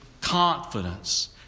confidence